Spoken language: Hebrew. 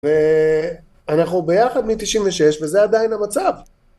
ואנחנו ביחד מ-96 וזה עדיין המצב